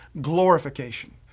glorification